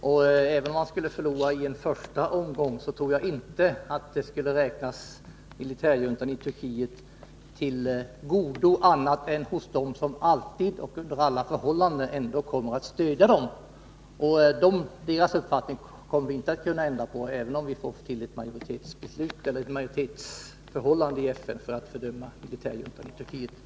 Och även om vi skulle förlora i FN i en första omgång, tror jag inte att det skulle räknas militärjuntan i Turkiet till godo, annat än av dem som alltid och under alla förhållanden kommer att stödja den. Deras uppfattning kommer vi inte att kunna ändra, även om vi i FN får en majoritet för att fördöma militärjuntan i Turkiet.